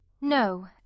No